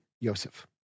Yosef